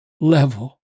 level